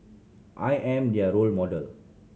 I am their role model